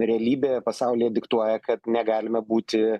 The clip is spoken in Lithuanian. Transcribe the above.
realybė pasaulyje diktuoja kad negalime būti